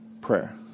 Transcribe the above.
prayer